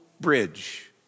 bridge